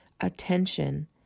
attention